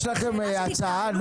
יש לכם נוסח?